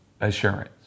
assurance